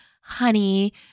honey